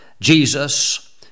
Jesus